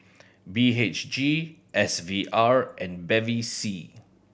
B H G S V R and Bevy C